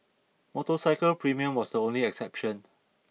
motorcycle premium was the only exception